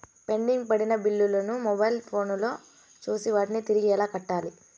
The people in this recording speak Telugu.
పెండింగ్ పడిన బిల్లులు ను మొబైల్ ఫోను లో చూసి వాటిని తిరిగి ఎలా కట్టాలి